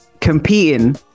competing